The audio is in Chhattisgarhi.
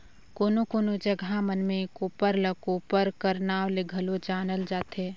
कोनो कोनो जगहा मन मे कोप्पर ल कोपर कर नाव ले घलो जानल जाथे